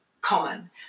common